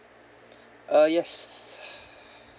uh yes